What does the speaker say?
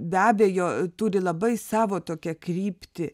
be abejo turi labai savo tokią kryptį